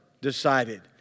decided